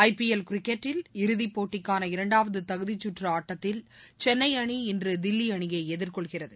IPL cricket இறுதிப்போட்டிக்காள இரண்டாவது தகுதிச் சுற்று ஆட்டத்தில் சென்னை அணி இன்று தில்லி அணியை எதிர்கொள்கிறது